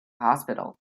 hospital